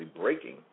breaking